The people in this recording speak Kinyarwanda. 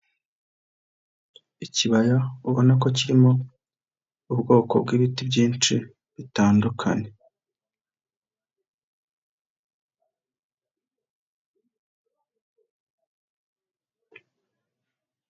Ikibaya ubona ko kirimo ubwoko bw'ibiti byinshi bitandukanye.